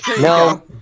No